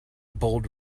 bold